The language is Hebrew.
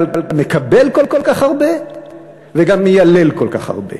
שמקבל כל כך הרבה וגם מיילל כל כך הרבה.